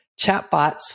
Chatbots